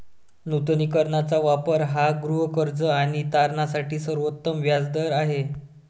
नूतनीकरणाचा वापर हा गृहकर्ज आणि तारणासाठी सर्वोत्तम व्याज दर आहे